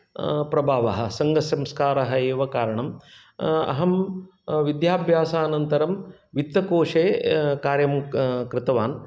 प्रभावः सङ्घसंस्कारः एव कारणं अहं विद्याभ्यासानन्तरं वित्तकोशे कार्यं कृतवान्